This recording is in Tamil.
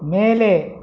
மேலே